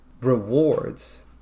rewards